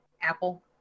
apple